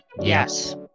Yes